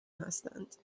هستند